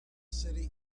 city